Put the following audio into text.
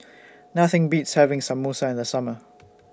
Nothing Beats having Samosa in The Summer